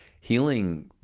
Healing